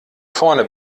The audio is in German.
vorne